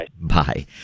Bye